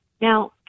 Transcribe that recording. Now